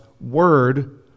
Word